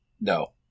No